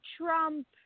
Trump